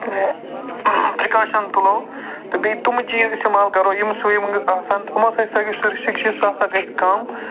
پری precaution تُلَو تہٕ بیٚیہِ تِم چیٖز اِستعمال کرو یِم یِم نہٕ آسان یِمَو سۭتۍ یِم نہٕ آسان سُہ گژھِ کَم یُس چھُ سُہ ہسا گژھِ کَم